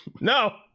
No